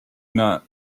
not